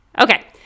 okay